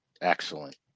excellent